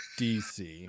DC